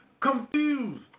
confused